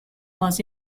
was